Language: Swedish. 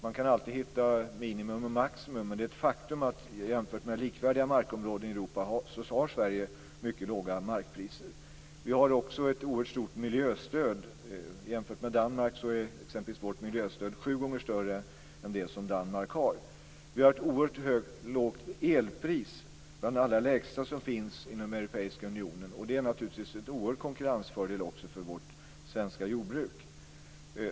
Man kan alltid hitta minimum och maximum men faktum är att jämfört med likvärdiga markområden i Europa har Sverige mycket låga markpriser. Vi har också ett oerhört stort miljöstöd. Vårt miljöstöd är jämfört med t.ex. Danmarks sju gånger större. Vi har också oerhört låga elpriser, bland de allra lägsta inom Europeiska unionen. Det är naturligtvis en stor konkurrensfördel också för vårt svenska jordbruk.